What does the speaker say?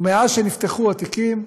ומאז שנפתחו התיקים,